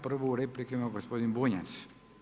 Prvu repliku ima gospodin Bunjac.